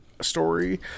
story